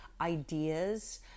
ideas